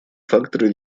факторы